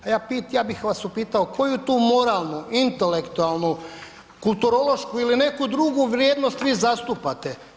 A ja bih vas upitao koju to moralnu, intelektualnu, kulturološku ili neku drugu vrijednost vi zastupate?